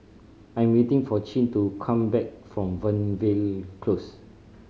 I'm waiting for Chin to come back from Fernvale Close